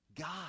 god